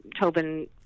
Tobin